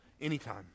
anytime